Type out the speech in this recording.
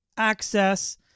access